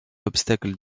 obstacle